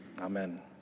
Amen